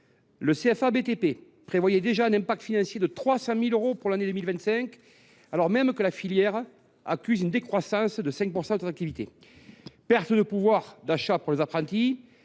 du BTP prévoyait déjà un impact financier de 300 000 euros pour l’année 2025, alors même que la filière accuse une décroissance de 5 % de l’activité. Perte de pouvoir d’achat pour les apprentis,